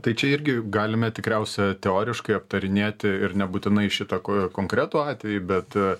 tai čia irgi galime tikriausia teoriškai aptarinėti ir nebūtinai šitą ko konkretų atvejį bet